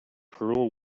pearl